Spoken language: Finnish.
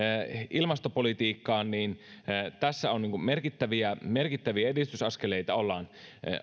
ilmastopolitiikkaan niin merkittäviä merkittäviä edistysaskeleita ollaan